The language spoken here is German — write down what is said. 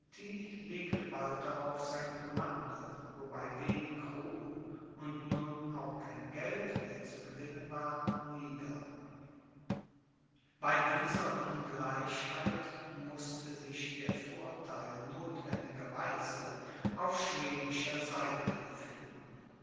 legte bald darauf sein commando wobei wenig ruhm und nun auch kein geld mehr zu gewinnen war nieder bei dieser ungleichheit mußte sich der vortheil notwendiger weise auf schwedischer seite befinden